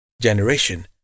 generation